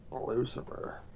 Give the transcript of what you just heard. Lucifer